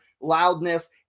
loudness